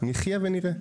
נחיה ונראה.